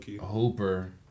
hooper